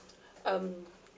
um